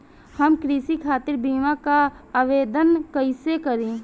हम कृषि खातिर बीमा क आवेदन कइसे करि?